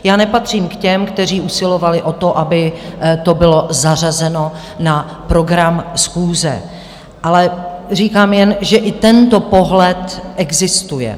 Já nepatřím k těm, kteří usilovali o to, aby to bylo zařazeno na program schůze, ale říkám jen, že i tento pohled existuje.